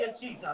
Jesus